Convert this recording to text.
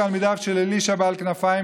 תלמידיו של אלישע בעל כנפיים,